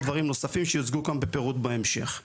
דברים נוספים שיוצגו כאן בפירוט בהמשך.